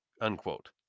unquote